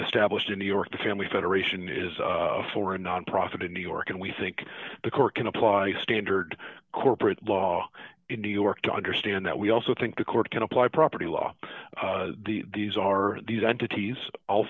established in new york the family federation is for a nonprofit in new york and we think the court can apply standard corporate law in new york to understand that we also think the court can apply property law these are these entities all